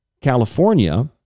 California